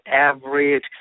average